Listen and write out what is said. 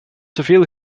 teveel